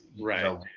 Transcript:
Right